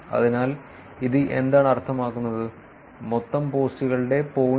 അതിനാൽ ഇത് എന്താണ് അർത്ഥമാക്കുന്നത് മൊത്തം പോസ്റ്റുകളുടെ 0